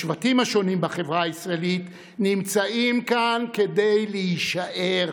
השבטים השונים בחברה הישראלית נמצאים כאן כדי להישאר.